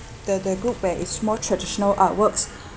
the the group where it's more traditional artworks